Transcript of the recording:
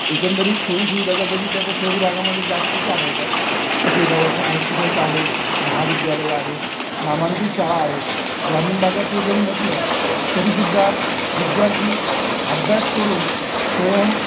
एकंदरीत सोयीसुविधा जर बघितल्या तर शहरी भागामध्ये जास्तीचे आढळतात तिथे दवाखा हॉस्पिटल्स आहेत महाविद्यालयं आहेत नामांकीत शाळा आहेत ग्रामीण भागात ते जरी नसलं तरी सुद्धा विद्यार्थी अभ्यास करून स्वयं